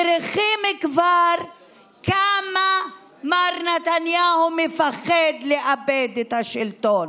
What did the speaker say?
כבר מריחים כמה מר נתניהו מפחד לאבד את השלטון.